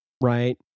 Right